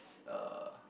uh